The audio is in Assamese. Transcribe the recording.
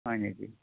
হয় নেকি